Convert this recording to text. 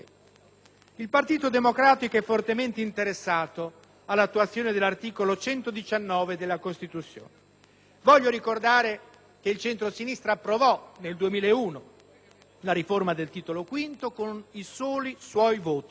Il Partito Democratico è fortemente interessato all'attuazione dell'articolo 119 della Costituzione. Voglio ricordare che il centrosinistra approvò nel 2001 la riforma del Titolo V con i soli suoi voti.